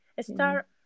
Start